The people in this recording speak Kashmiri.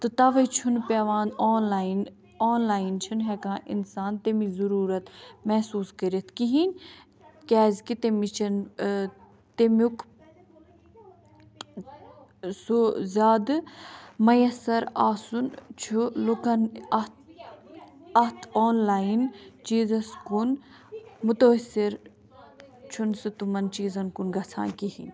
تہٕ تَوَے چھُنہٕ پیٚوان آنلایِن آنلایِن چھِنہٕ ہیٚکان اِنسان تمِچ ضُروٗرت محسوٗس کٔرِتھ کِہیٖنۍ کیازِکہِ تٔمِس چھَنہٕ ٲں تمیُک سُہ زیادٕ میسر آسُن چھُ لوکن اَتھ اَتھ آنلاین چیٖزَس کُن متٲثر چھُنہٕ سُہ تِمن چیٖزَن کُن گژھان کِہیٖنۍ